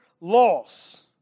loss